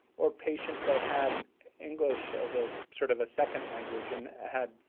or patients that had english as as sort of a second language and had,